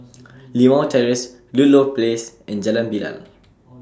Limau Terrace Ludlow Place and Jalan Bilal